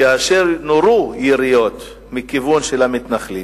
היא כאשר נורו יריות מכיוון המתנחלים